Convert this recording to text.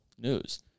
News